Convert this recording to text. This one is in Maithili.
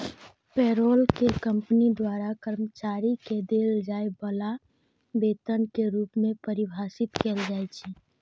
पेरोल कें कंपनी द्वारा कर्मचारी कें देल जाय बला वेतन के रूप मे परिभाषित कैल जाइ छै